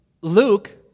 Luke